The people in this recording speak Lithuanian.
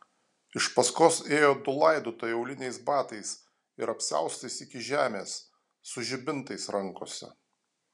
iš paskos ėjo du laidotojai auliniais batais ir apsiaustais iki žemės su žibintais rankose